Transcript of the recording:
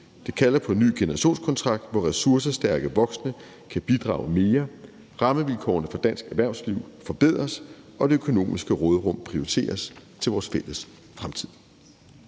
Det kalder på en ny generationskontrakt, hvor ressourcestærke voksne kan bidrage mere, rammevilkårene for dansk erhvervsliv forbedres og det økonomiske råderum prioriteres til vores fælles fremtid.«